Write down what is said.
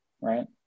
right